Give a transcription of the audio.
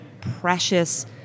precious